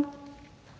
10)